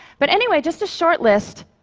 but anyway, just a short list,